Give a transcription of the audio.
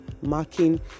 marking